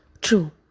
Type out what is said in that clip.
True